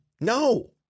No